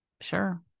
Sure